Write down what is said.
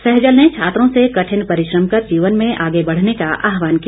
सहजल ने छात्रों से कठिन परिश्रम कर जीवन में आगे बढ़ने का आहवान किया